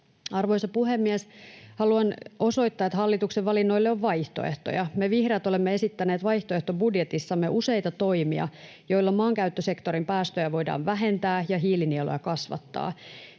Arvoisa puhemies! Haluan osoittaa, että hallituksen valinnoille on vaihtoehtoja. Me vihreät olemme esittäneet vaihtoehtobudjetissamme useita toimia, joilla maankäyttösektorin päästöjä voidaan vähentää ja hiilinieluja kasvattaa.